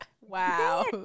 Wow